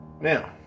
Now